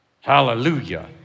Hallelujah